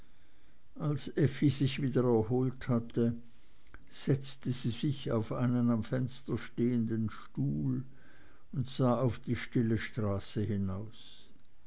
als effi sich wieder erholt hatte setzte sie sich auf einen am fenster stehenden stuhl und sah auf die stille straße hinaus